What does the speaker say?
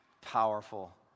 powerful